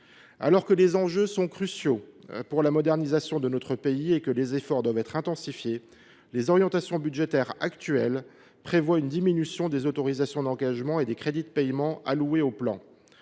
Alors que les enjeux sont cruciaux pour la modernisation de notre pays et que les efforts doivent être intensifiés, les orientations budgétaires actuelles prévoient une diminution des autorisations d’engagement et des crédits de paiement alloués à ce plan.